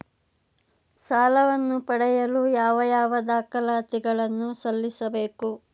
ಸಾಲವನ್ನು ಪಡೆಯಲು ಯಾವ ಯಾವ ದಾಖಲಾತಿ ಗಳನ್ನು ಸಲ್ಲಿಸಬೇಕು?